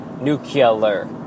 nuclear